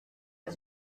des